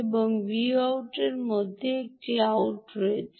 এবং Vout এর মধ্যে একটি আউট আছে